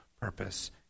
purpose